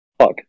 fuck